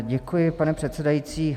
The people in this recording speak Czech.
Děkuji, pane předsedající.